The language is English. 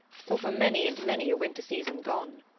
or for many and many a winter season gone.